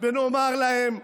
ונאמר להם,